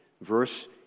verse